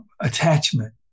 attachment